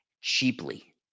cheaply